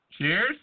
Cheers